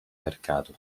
mercato